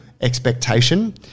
expectation